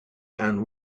and